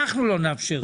אנחנו לא נאפשר את זה.